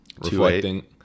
reflecting